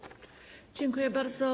Dziękuję bardzo.